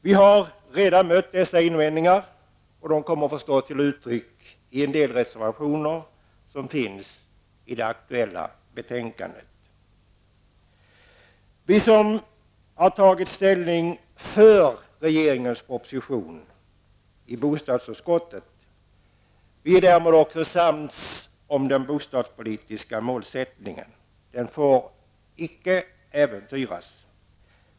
Vi har redan mött dessa invändningar, och de kommer förstås till uttryck i en del reservationer som är fogade till det aktuella betänkandet. Vi som har tagit ställning för regeringens proposition i bostadsutskottet är sams om den bostadspolitiska målsättningen. Den får icke äventyras.